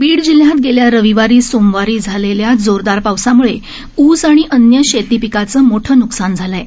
बीड जिल्ह्यात गेल्या रविवार सोमवारी झालेल्या जोरदार पावसामुळे ऊस आणि अन्य शेतीपिकाचं मोठं न्कसान झालं आहे